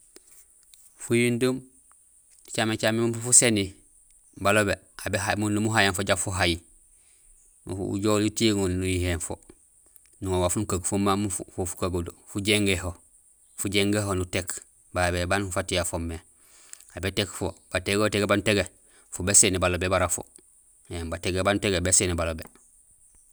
Fuyundum, nucaméén caméén imbi fuséni balobé, aw béhayéén, umundum uhayéén yo inja fuhay, nujool utiŋul niyihéén fo, nuŋa waaf nukeeg fo ma miin fo fukago do, fujingého; fujingého nutéék babé baan fatiha foomé, aw bétéék fo batégé ho tégé baan utégé, fo béséni balobé bara fo éém batégé baan utégémé béséni balobé.